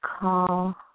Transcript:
call